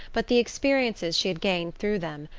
but the experiences she had gained through them,